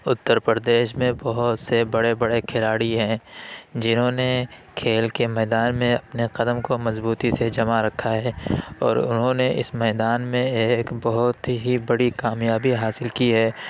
اتر پردیش میں بہت سے بڑے بڑے کھلاڑی ہیں جنہوں نے کھیل کے میدان میں اپنے قدم کو مضبوطی سے جما رکھا ہے اور انہوں نے اس میدان میں ایک بہت ہی بڑی کامیابی حاصل کی ہے